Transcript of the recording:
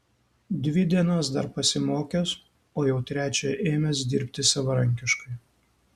dvi dienas dar pasimokęs o jau trečią ėmęs dirbti savarankiškai